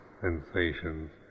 sensations